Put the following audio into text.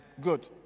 Good